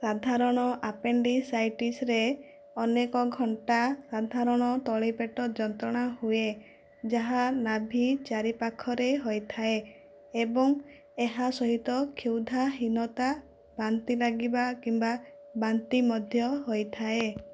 ସାଧାରଣ ଆପେଣ୍ଡିସାଇଟିସ୍ରେ ଅନେକ ଘଣ୍ଟା ସାଧାରଣ ତଳି ପେଟ ଯନ୍ତ୍ରଣା ହୁଏ ଯାହା ନାଭି ଚାରିପାଖରେ ହୋଇଥାଏ ଏବଂ ଏହା ସହିତ କ୍ଷୁଧାହୀନତା ବାନ୍ତି ଲାଗିବା କିମ୍ବା ବାନ୍ତି ମଧ୍ୟ ହୋଇଥାଏ